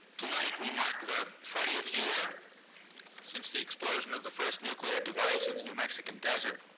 tonight we mark the fortieth year since the explosion of the first nuclear device in the new mexican desert.